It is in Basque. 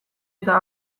eta